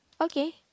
okay